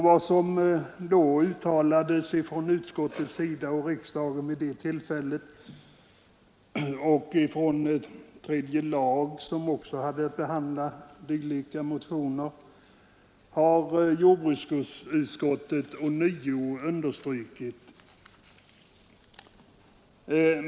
Vad som uttalades från utskottets och riksdagens sida vid de tillfällena, liksom av tredje lagutskottet som också hade att behandla dylika motioner, har jordbruksutskottet ånyo understrukit.